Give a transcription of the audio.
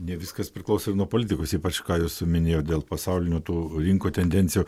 ne viskas priklauso ir nuo politikos ypač ką jūs minėjot dėl pasaulinių tų rinkų tendencijų